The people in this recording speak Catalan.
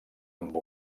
amb